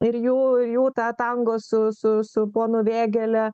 ir jų jų tą tango su su su ponu vėgėle